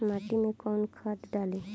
माटी में कोउन खाद डाली?